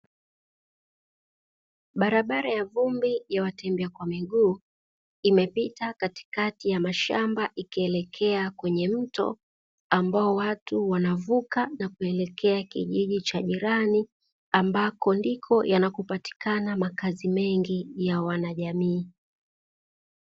Barabara ya vumbi ya watembea kwa miguu imepita katikati ya mashamba ikielekea kwenye mto, ambao watu wanavuka na kuelekea kijiji cha jirani, ambako ndiko yanakopatikana makazi mengi ya wanajamii.